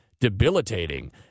debilitating